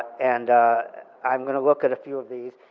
and i'm gonna look at a few of these.